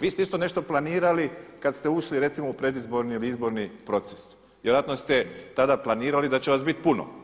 vi se isto nešto planirali kad ste ušli recimo u predizbori ili izborni proces, vjerojatno ste tada planirali da će vas biti puno.